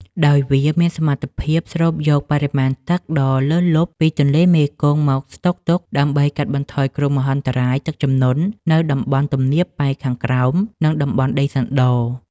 ដោយវាមានសមត្ថភាពស្រូបយកបរិមាណទឹកដ៏លើសលប់ពីទន្លេមេគង្គមកស្តុកទុក ដើម្បីកាត់បន្ថយគ្រោះមហន្តរាយទឹកជំនន់នៅតំបន់ទំនាបប៉ែកខាងក្រោម និងតំបន់ដីសណ្ដ។